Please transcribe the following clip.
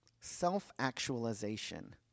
self-actualization